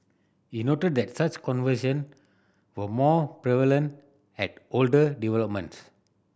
he noted that such conversion were more prevalent at older developments